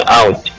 out